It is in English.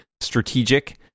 strategic